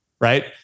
right